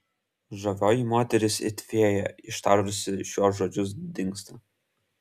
žavioji moteris it fėja ištarusi šiuos žodžius dingsta